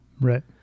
Right